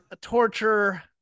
torture